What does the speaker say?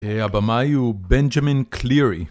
הבמאי הוא בנג'מין קלירי